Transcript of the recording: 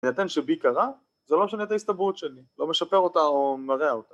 ניתן שבי קרה, זה לא משנה את ההסתברות שלי, לא משפר אותה או מראה אותה